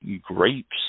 grapes